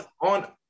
on